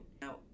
now